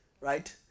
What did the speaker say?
Right